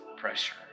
pressure